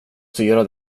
styra